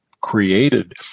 created